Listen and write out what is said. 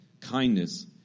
kindness